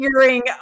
hearing